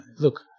look